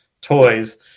toys